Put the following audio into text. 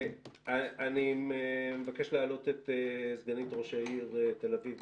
אני מבקש להעלות בזום את סגנית ראש העיר תל אביב,